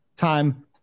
Time